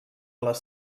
les